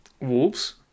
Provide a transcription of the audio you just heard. Wolves